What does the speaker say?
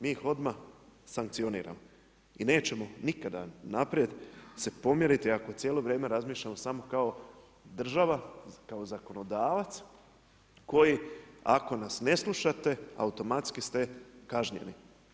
Mi ih odmah sankcioniramo i nećemo nikada naprijed se pomjeriti ako cijelo vrijeme razmišljamo samo kao država, kao zakonodavac koji ako nas ne slušate automatski ste kažnjeni.